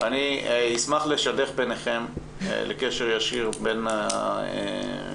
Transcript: אני אשמח לשדך ביניכם לקשר ישיר בין איגוד